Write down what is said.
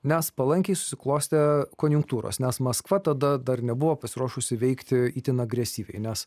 nes palankiai susiklostė konjunktūros nes maskva tada dar nebuvo pasiruošusi veikti itin agresyviai nes